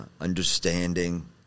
understanding